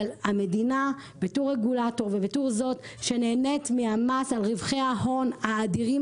אבל המדינה בתור רגולטור ובתור זו שנהנית מהמס על רווחי ההון האדירים